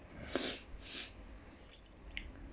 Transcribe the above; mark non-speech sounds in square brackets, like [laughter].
[breath]